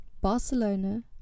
Barcelona